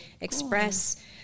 express